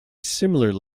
similar